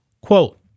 Quote